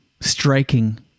striking